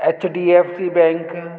HDFC bank